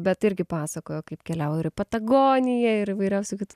bet irgi pasakojo kaip keliavo ir į patagoniją ir įvairiausių kitų